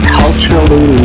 culturally